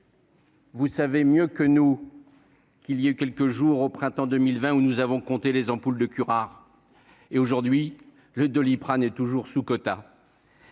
vous le savez mieux que nous, il y a eu quelques jours au printemps 2020 où nous avons compté les ampoules de curare, et le Doliprane est toujours sous quota